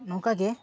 ᱱᱚᱝᱠᱟ ᱜᱮ